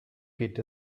geht